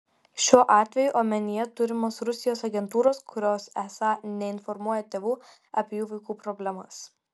šiuo atveju omenyje turimos rusijos agentūros kurios esą neinformuoja tėvų apie jų vaikų problemas